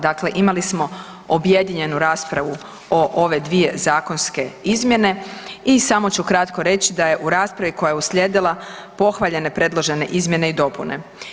Dakle, imali smo objedinjenu raspravu o ove dvije zakonske izmjene i samo ću kratko reći da je u raspravi koja je uslijedila pohvaljene predložene izmjene i dopune.